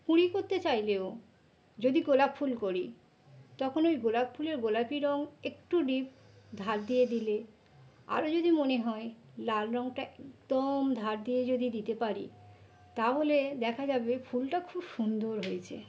কুঁড়ি করতে চাইলেও যদি গোপাল ফুল করি তখন ওই গোলাপ ফুলের গোলাপি রং একটু ডিপ ধার দিয়ে দিলে আরো যদি মনে হয় লাল রঙটা একদম ধার দিয়ে যদি দিতে পারি তাহলে দেখা যাবে ফুলটা খুব সুন্দর হয়েছে